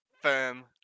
firm